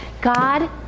God